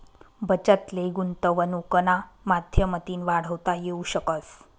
बचत ले गुंतवनुकना माध्यमतीन वाढवता येवू शकस